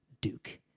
duke